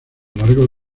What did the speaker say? largo